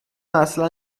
اصلا